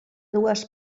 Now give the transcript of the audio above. dues